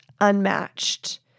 unmatched